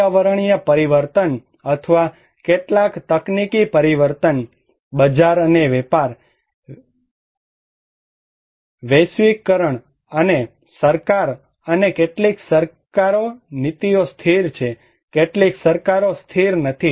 પર્યાવરણીય પરિવર્તન અથવા કેટલાક તકનીકી પરિવર્તન બજાર અને વેપાર વૈશ્વિકરણ અને સરકાર અને કેટલીક સરકારો નીતિઓ સ્થિર છે કેટલીક સરકારો સ્થિર નથી